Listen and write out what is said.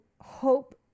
hope